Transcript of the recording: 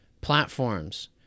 platforms